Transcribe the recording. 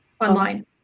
online